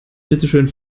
bitteschön